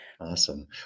Awesome